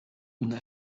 una